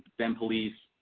bend police,